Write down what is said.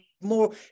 more